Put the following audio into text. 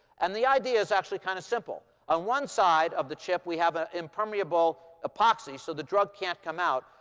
and the idea is actually kind of simple. on one side of the chip, we have an impermeable epoxy so the drug can't come out.